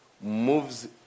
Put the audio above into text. moves